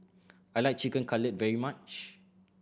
I like Chicken Cutlet very much